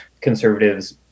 conservatives